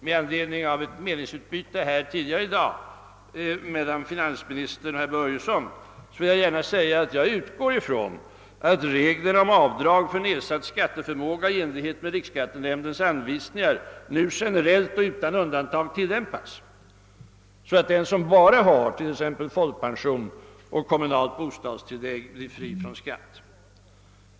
Med anledning av ett meningsutbyte tidigare i dag mellan finansministern och herr Börjesson i Falköping vill jag förklara att jag utgår från att riksskattenämndens regler om avdrag för nedsatt skatteförmåga nu generellt och utan undantag tillämpas, så att den som bara har t.ex. folkpension och kommunalt bostadstillägg blir fri från skatt.